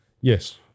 Yes